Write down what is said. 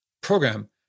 program